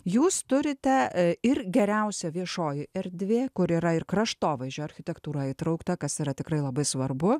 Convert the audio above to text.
jūs turite ir geriausia viešoji erdvė kur yra ir kraštovaizdžio architektūra įtraukta kas yra tikrai labai svarbu